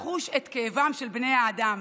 ולחוש את כאבם של בני האדם.